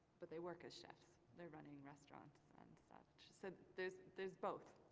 but they work as chefs, they're running restaurants and such, so there's there's both.